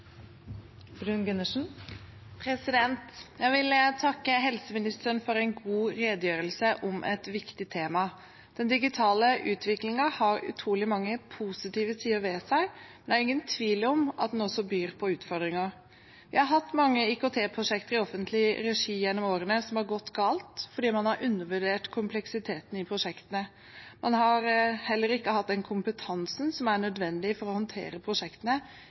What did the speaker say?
Jeg vil takke helseministeren for en god redegjørelse om et viktig tema. Den digitale utviklingen har utrolig mange positive sider ved seg, men det er ingen tvil om at den også byr på utfordringer. Vi har hatt mange IKT-prosjekter i offentlig regi gjennom årene som har gått galt fordi man har undervurdert kompleksiteten i prosjektene. Man har heller ikke hatt den kompetansen som er nødvendig for å håndtere prosjektene,